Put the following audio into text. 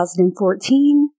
2014